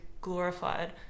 glorified